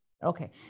Okay